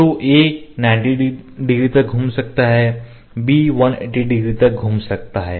तो A 90 degree तक घूम सकता है बी 180 तक डिग्री घूम सकता है